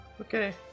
Okay